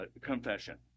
confession